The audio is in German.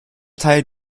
teil